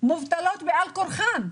מובטלות בעל כורחן.